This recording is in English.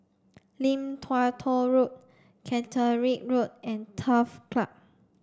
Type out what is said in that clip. Lim Tua Tow Road Caterick Road and Turf Club